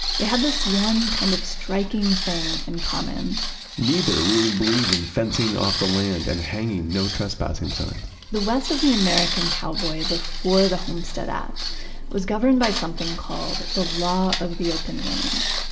they had this one kind of striking thing in common neither really believed in fencing off the land and hanging no trespassing signs the west of the american cowboy before the homestead act was governed by something called the law of the open range.